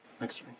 Next